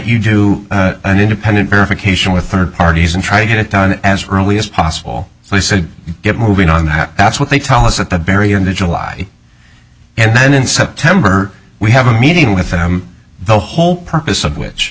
you do an independent verification with her parties and try to get it down as early as possible so they said get moving on that's what they tell us at the barrier to july and then in september we have a meeting with the whole purpose of which